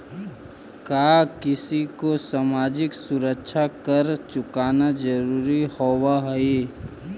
का किसी को सामाजिक सुरक्षा कर चुकाना जरूरी होवअ हई